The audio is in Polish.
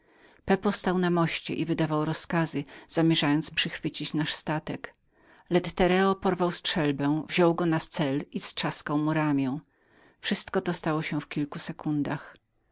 stojąc na moście wydawał rozkazy do bitwy lettereo porwał strzelbę wziął go na cel i strzaskał mu ramię wszystko to stało się w kilku sekundach